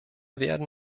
werden